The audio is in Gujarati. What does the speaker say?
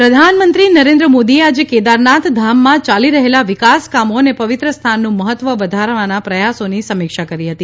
પ્રધાનમંત્રી કેદારનાથ પ્રધાનમંત્રી નરેન્દ્ર મોદીએ આજે કેદારનાથ ધામમાં ચાલી રહેલાં વિકાસ કામો અને પવિત્ર સ્થાનનું મહત્વ વધારવાના પ્રયાસોની સમીક્ષા કરી હતી